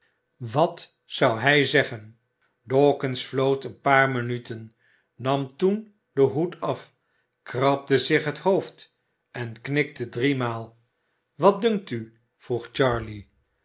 wat zou hij zeggen dawkins floot een paar minuten nam toen den hoed af krabde zich het hoofd en knikte driemaal wat dunkt u vroeg